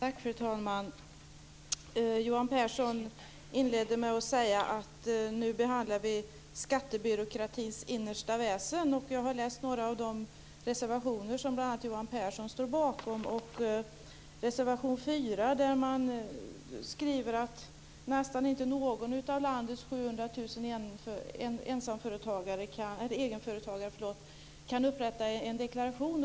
Fru talman! Johan Pehrson inledde med att säga att vi nu behandlar skattebyråkratins innersta väsen. Jag har läst några av de reservationer som bl.a. Johan Pehrson står bakom. I reservation 4 skriver man att nästan inte någon av landets 700 000 egenföretagare kan upprätta en deklaration.